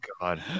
God